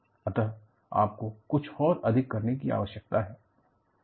अतः आपको कुछ और अधिक करने की आवश्यकता है